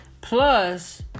Plus